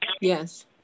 Yes